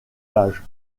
page